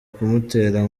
kumutera